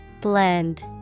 Blend